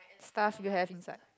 stuff you have inside